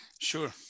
Sure